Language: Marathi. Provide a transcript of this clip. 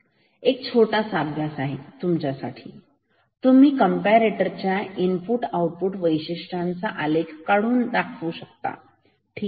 तर एक छोटासा अभ्यास आहे तुमच्यासाठी तुम्ही कंपरेटरच्या इनपुट आऊटपुट वैशिष्ट्यांचा आलेख काढून दाखवू शकता ठीक आहे